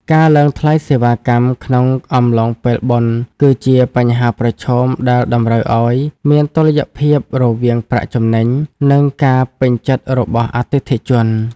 ការឡើងថ្លៃសេវាកម្មក្នុងអំឡុងពេលបុណ្យ គឺជាបញ្ហាប្រឈមដែលតម្រូវឱ្យមានតុល្យភាពរវាងប្រាក់ចំណេញ និងការពេញចិត្តរបស់អតិថិជន។